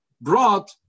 brought